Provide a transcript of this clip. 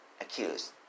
accused